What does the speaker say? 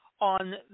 on